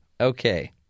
Okay